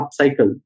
upcycle